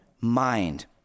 mind